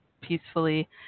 peacefully